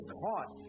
caught